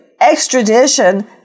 extradition